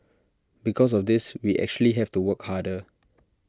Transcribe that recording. because of this we actually have to work harder